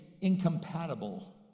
incompatible